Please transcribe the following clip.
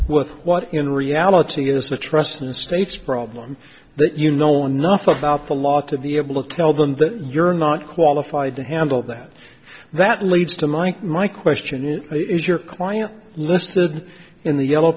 with what in reality is a trust in the state's problem that you know enough about the law to the able to tell them that you're not qualified to handle that that leads to mike my question is is your client listed in the yellow